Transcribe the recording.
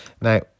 now